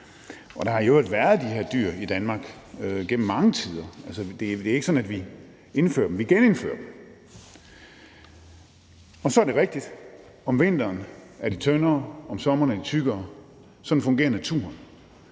Og der har i øvrigt været de her dyr i Danmark igennem mange tider. Altså, det er ikke sådan, at vi indfører dem; vi genindfører dem. Så er det rigtigt, at om vinteren er de tyndere og om sommeren er de tykkere. Sådan fungerer naturen.